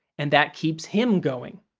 and that keeps him going.